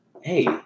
hey